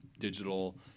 digital